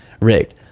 rigged